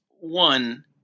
One